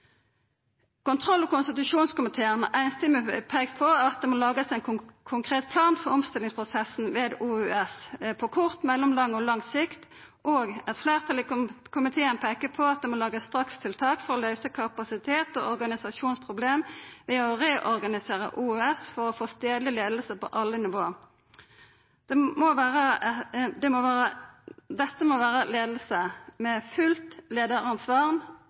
Kontroll- og konstitusjonskomiteen har samrøystes peikt på at det må lagast ein konkret plan for omstillingsprosessen ved OUS – på kort, mellomlang og lang sikt – og eit fleirtal i komiteen peiker på at det må lagast strakstiltak for å løysa kapasitet- og organisasjonsproblem ved å reorganisera OUS for å få stadleg leiing på alle nivå. Dette må vera ei